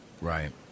Right